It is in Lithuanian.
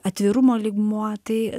atvirumo lygmuo tai